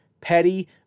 petty